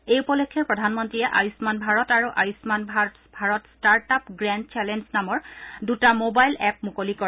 এই উপলক্ষে প্ৰধানমন্ত্ৰীয়ে আয়ুমান ভাৰত আৰু Ayushman Bharat start up grand challenge নামৰ দুটা মোবাইল এপ' মুকলি কৰে